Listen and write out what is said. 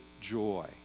joy